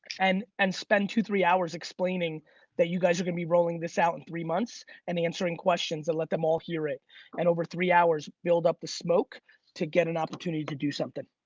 and and spend two, three hours explaining that you guys are gonna be rolling this out in three months and then answering questions and let them all hear it and over three hours build up the smoke to get an opportunity to do something.